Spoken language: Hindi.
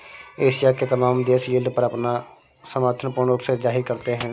एशिया के तमाम देश यील्ड पर अपना समर्थन पूर्ण रूप से जाहिर करते हैं